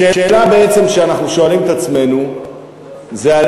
השאלה בעצם שאנחנו שואלים את עצמנו זה על